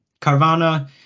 Carvana